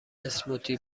اسموتی